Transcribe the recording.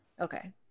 okay